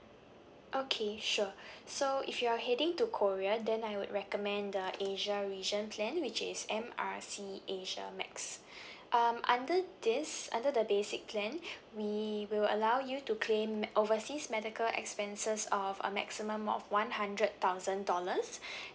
okay sure so if you're heading to korea then I would recommend the asia region plan which is M R C asia max um under this under the basic plan we will allow you to claim overseas medical expenses of a maximum of one hundred thousand dollars